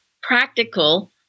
practical